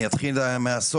אני אתחיל מהסוף,